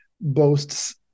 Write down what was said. boasts